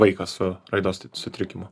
vaiką su raidos sutrikimu